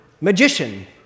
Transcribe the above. magician